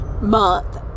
month